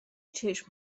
چشم